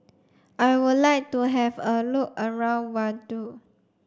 I would like to have a look around Vaduz